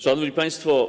Szanowni Państwo!